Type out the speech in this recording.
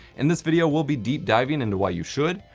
in this video we'll be deep diving into why you should,